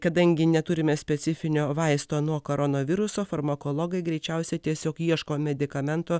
kadangi neturime specifinio vaisto nuo koronaviruso farmakologai greičiausiai tiesiog ieško medikamento